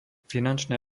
finančné